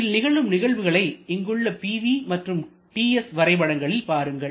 இதில் நிகழும் நிகழ்வுகளை இங்குள்ள Pv மற்றும் Ts வரைபடங்களில் பாருங்கள்